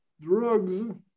drugs